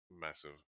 Massive